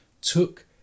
took